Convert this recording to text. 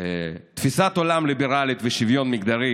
תפיסת עולם ליברלית ושוויון מגדרי